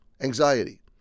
anxiety